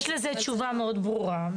יש לזה תשובה מאוד ברורה.